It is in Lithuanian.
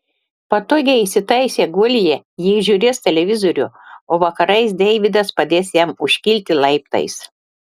patogiai įsitaisę guolyje jie žiūrės televizorių o vakarais deividas padės jam užkilti laiptais